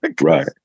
Right